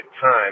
time